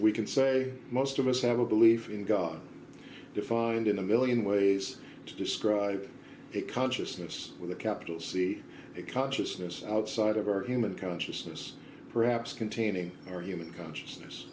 we can say most of us have a belief in god defined in a one million ways to describe a consciousness with a capital c a consciousness outside of our human consciousness perhaps containing our human consciousness